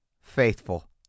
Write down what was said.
Faithful